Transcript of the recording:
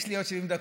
יש לי עוד 70 דקות.